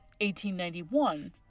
1891